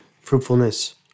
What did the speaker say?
fruitfulness